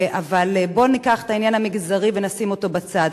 אבל בוא ניקח את העניין המגזרי ונשים אותו בצד.